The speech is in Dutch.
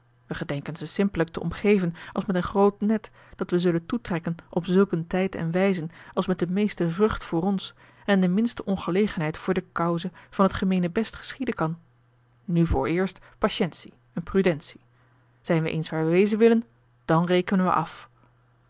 we gedenken ze simpellijk te omgeven als met een groot net dat we zullen toetrekken op zulken tijd en wijze als met de meeste vrucht voor ons en de minste ongelegenheid voor de cause van t gemeentebest geschieden kan nu vooreerst patiëntie en prudentie zijn we eens waar we wezen willen dan rekenen we af